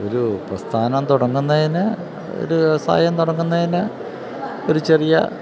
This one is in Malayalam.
ഒരു പ്രസ്ഥാനം തുടങ്ങുന്നതിന് ഒരു വ്യവസായം തുടങ്ങുന്നതിന് ഒരു ചെറിയ